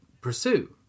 pursue